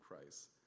Christ